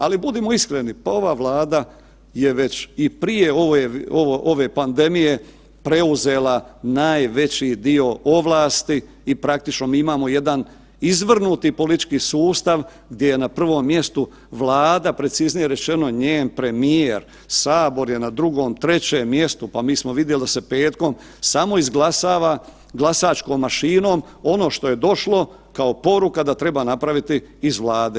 Ali, budimo iskreni, ova Vlada je već i prije ove pandemije preuzela najveći dio ovlasti i praktično mi imamo jedan izvrnuti politički sustav gdje je na prvom mjestu Vlada, preciznije rečeno njen premijer, Sabor je na drugom, trećem mjestu, pa mi smo vidjeli da se petkom samo izglasava glasačkom mašinom ono što je došlo kao poruka da treba napraviti iz Vlade.